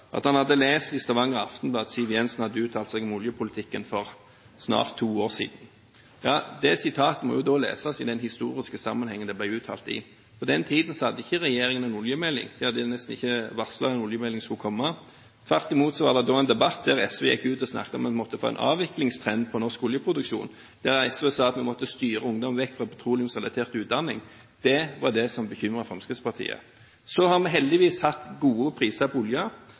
at han hadde lest i Stavanger Aftenblad at Siv Jensen hadde uttalt seg om oljepolitikken, for snart to år siden. Det sitatet må jo da leses i den historiske sammenhengen det ble uttalt i. På den tiden hadde ikke regjeringen en oljemelding – den hadde jo nesten ikke varslet at det skulle komme en oljemelding. Tvert imot var det en debatt der SV gikk ut og snakket om at en måtte få en avviklingstrend for norsk oljeproduksjon. Ja, SV sa at vi måtte styre ungdom bort fra petroleumsrelatert utdanning. Det var det som bekymret Fremskrittspartiet. Så har vi heldigvis hatt gode priser på olje.